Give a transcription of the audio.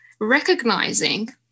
Recognizing